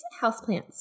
houseplants